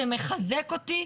זה מחזק אותי,